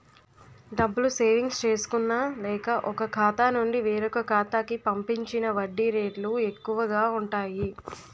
డబ్బులు సేవింగ్స్ చేసుకున్న లేక, ఒక ఖాతా నుండి వేరొక ఖాతా కి పంపించిన వడ్డీ రేట్లు ఎక్కువు గా ఉంటాయి